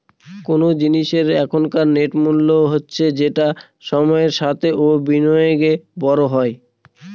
কোন জিনিসের এখনকার নেট মূল্য হচ্ছে যেটা সময়ের সাথে ও বিনিয়োগে বড়ো হয়